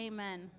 Amen